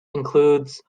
includes